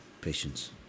Patience